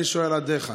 אני שואל: עד היכן?